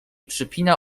przypina